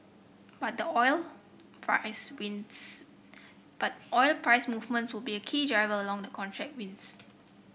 but the oil price wins but oil price movements will be a key driver along the contract wins